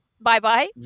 bye-bye